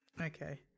okay